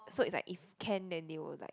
so is like if can then they will like